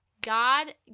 God